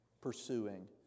pursuing